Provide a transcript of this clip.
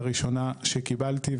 הראשונה שקיבלתי,